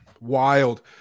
Wild